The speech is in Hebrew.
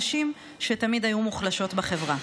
נשים שתמיד היו מוחלשות בחברה.